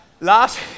last